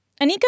Anika